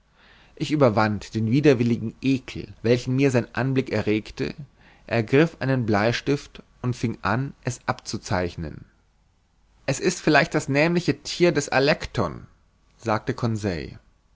ich überwand den widerwilligen ekel welchen mir sein anblick erregte ergriff einen bleistift und fing an es abzuzeichnen es ist vielleicht das nämliche thier des alecton sagte